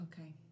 Okay